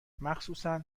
مخصوصا